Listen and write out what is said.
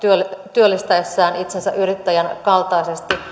työllistäessään itsensä yrittäjän kaltaisesti